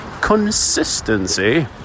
consistency